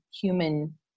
human